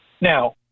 Now